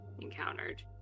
encountered